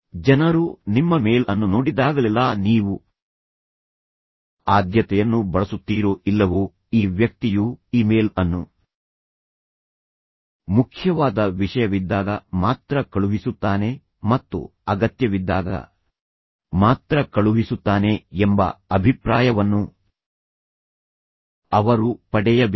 ಜನರು ನಿಮ್ಮ ಮೇಲ್ ಅನ್ನು ನೋಡಿದಾಗಲೆಲ್ಲಾ ನೀವು ಆದ್ಯತೆಯನ್ನು ಬಳಸುತ್ತೀರೋ ಇಲ್ಲವೋ ಈ ವ್ಯಕ್ತಿಯು ಇಮೇಲ್ ಅನ್ನು ಮುಖ್ಯವಾದ ವಿಷಯವಿದ್ದಾಗ ಮಾತ್ರ ಕಳುಹಿಸುತ್ತಾನೆ ಮತ್ತು ಅಗತ್ಯವಿದ್ದಾಗ ಮಾತ್ರ ಕಳುಹಿಸುತ್ತಾನೆ ಎಂಬ ಅಭಿಪ್ರಾಯವನ್ನು ಅವರು ಪಡೆಯಬೇಕು